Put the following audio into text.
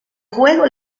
juego